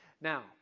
Now